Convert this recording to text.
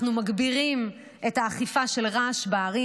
אנחנו מגבירים את האכיפה של רעש בערים.